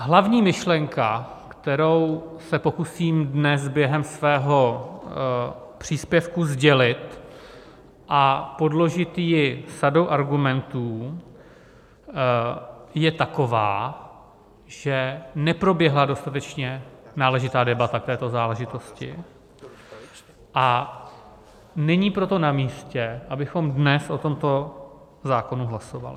Hlavní myšlenka, kterou se pokusím dnes během svého příspěvku sdělit a podložit ji sadou argumentů, je taková, že neproběhla dostatečně náležitá debata k této záležitosti, a není proto namístě, abychom dnes o tomto zákonu hlasovali.